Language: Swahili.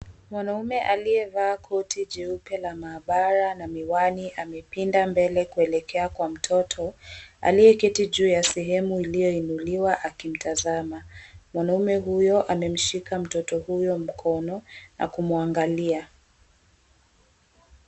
Mwanaume aliyevaa koti jeupe na maabara na miwani amepinda mbele kuelekea kwa mtoto aliyeketi juu ya sehemu iliyoinuliwa akimtazama. Mwanaume huyo amemshika mtoto huyo mkono na kumwangalia.